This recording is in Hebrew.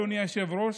אדוני היושב-ראש,